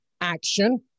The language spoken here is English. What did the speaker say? action